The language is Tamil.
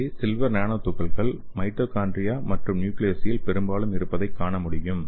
இங்கே சில்வர் நானோ துகள்கள் மைட்டோகாண்ட்ரியா மற்றும் நியூக்லியசில் பெரும்பாலும் இருப்பதைக் காண முடியும்